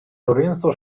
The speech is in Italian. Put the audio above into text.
lorenzo